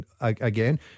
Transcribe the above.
again